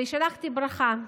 ושלחתי ברכה.